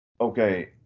Okay